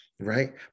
right